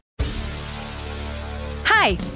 Hi